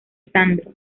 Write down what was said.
sandro